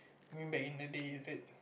you mean back in the day is it